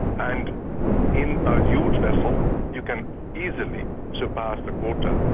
and in a huge vessel you can easily surpass the quota.